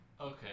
Okay